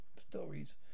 stories